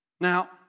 Now